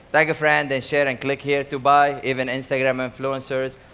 tag a friend then share and click here to buy, even instagram influencers.